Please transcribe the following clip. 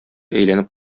әйләнеп